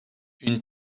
une